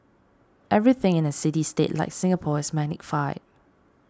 everything in a city state like Singapore is magnified